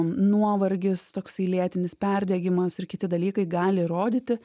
nuovargis toksai lėtinis perdegimas ir kiti dalykai gali rodyti